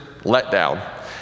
letdown